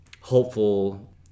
hopeful